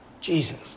Jesus